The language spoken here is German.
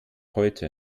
heute